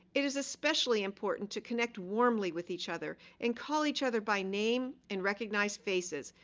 it is especially important to connect warmly with each other and call each other by name and recognize faces,